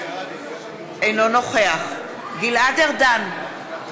אינו נוכח גלעד ארדן,